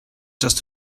just